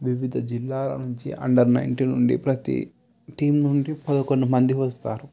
వివిధ జిల్లాల నుంచి అండర్ నైన్టీన్ నుండి ప్రతి టీం నుండి పదకొండు మంది వస్తారు